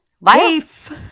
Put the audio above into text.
Life